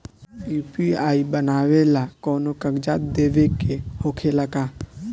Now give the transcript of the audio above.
UPI बनावेला कौनो कागजात देवे के होखेला का?